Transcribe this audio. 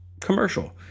commercial